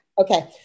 Okay